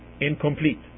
incomplete